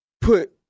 put